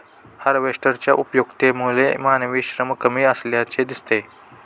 हार्वेस्टरच्या उपयुक्ततेमुळे मानवी श्रम कमी असल्याचे दिसते